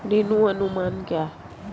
ऋण अनुमान क्या है?